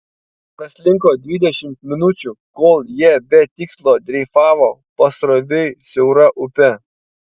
praslinko dvidešimt minučių kol jie be tikslo dreifavo pasroviui siaura upe